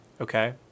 Okay